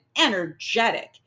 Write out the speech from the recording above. energetic